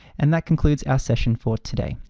and that concludes our session for today.